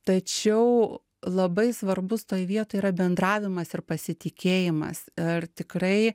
tačiau labai svarbus toj vietoj yra bendravimas ir pasitikėjimas ar tikrai